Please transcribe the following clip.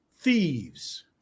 thieves